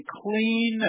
clean